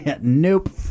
Nope